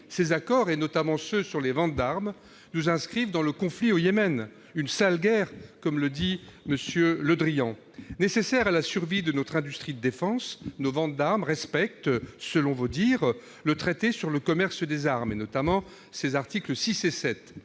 ces accords, notamment ceux qui portent sur les ventes d'armes, nous inscrivent dans le conflit au Yémen : une « sale guerre », comme le dit M. Le Drian. Nécessaires à la survie de notre industrie de défense, nos ventes d'armes respectent, selon vos dires, le traité sur le commerce des armes, notamment ses articles 6 et 7.